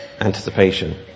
anticipation